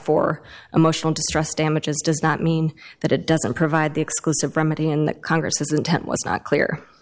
for emotional distress damages does not mean that it doesn't provide the exclusive remedy and that congress is intent was not clear